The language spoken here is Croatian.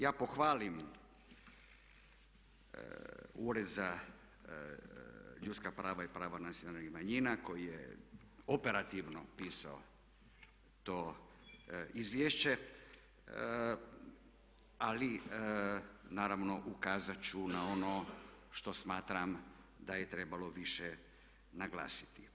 Ja pohvaljujem Ured za ljudska prava i prava nacionalnih manjina koji je operativno pisao to izvješće ali naravno ukazat ću na ono što smatram da je trebalo više naglasiti.